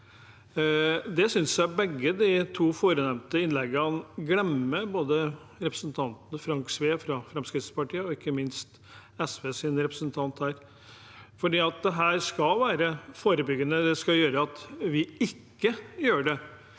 jeg synes begge de to foregående innleggene glemmer det, både representanten Frank Edvard Sve fra Fremskrittspartiet og ikke minst SVs representant. Dette skal være forebyggende; det skal gjøre at vi ikke gjør det.